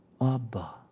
Abba